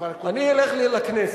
אני אלך לי לכנסת.